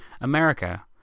America